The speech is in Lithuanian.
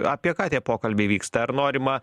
apie ką tie pokalbiai vyksta ar norima